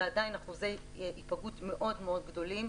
ועדיין אחוזי היפגעות מאוד מאוד גדולים,